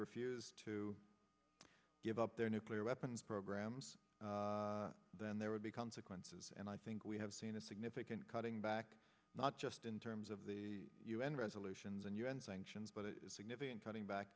refuse to give up their nuclear weapons programs then there would be consequences and i think we have seen a significant cutting back not just in terms of the u n resolutions and u n sanctions but a significant cutting back